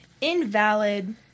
Invalid